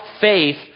faith